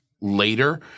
later